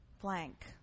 blank